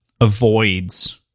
Avoids